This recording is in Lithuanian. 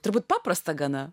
turbūt paprasta gana